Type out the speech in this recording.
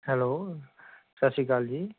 hello ਸਤਿ ਸ਼੍ਰੀ ਆਕਾਲ ਜੀ